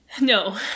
No